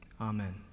amen